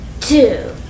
two